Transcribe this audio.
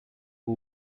who